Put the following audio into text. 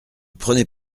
prenez